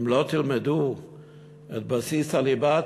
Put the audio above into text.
אם לא תלמדו את בסיס הליבה,